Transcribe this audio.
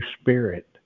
spirit